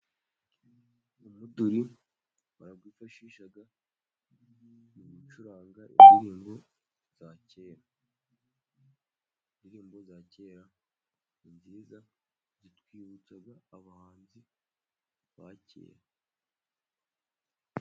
Umuduri bawifashishaga mu gucuranga indirimbo za kera. Indirimbo za kera ni nziza, zitwibutsa abahanzi ba kera.